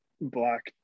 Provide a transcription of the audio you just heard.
black